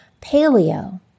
paleo